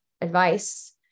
advice